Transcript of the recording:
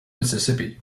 mississippi